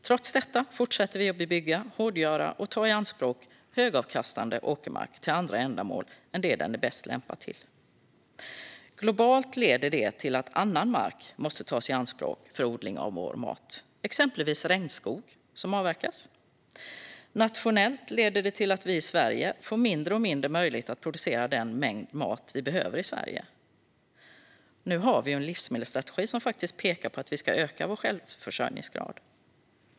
Trots detta fortsätter vi att bebygga, hårdgöra och ta i anspråk högavkastande åkermark till andra ändamål än det den är bäst lämpad för. Globalt leder det till att annan mark måste tas i anspråk för odling av vår mat, exempelvis regnskog som avverkas. Nationellt leder det till att vi i Sverige får mindre och mindre möjlighet att producera den mängd mat vi behöver i Sverige. Nu har vi ju en livsmedelsstrategi som faktiskt pekar på att vi ska öka vår självförsörjningsgrad.